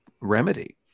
remedy